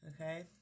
Okay